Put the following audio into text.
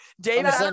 david